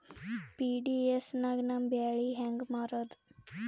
PDS ನಾಗ ನಮ್ಮ ಬ್ಯಾಳಿ ಹೆಂಗ ಮಾರದ?